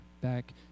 back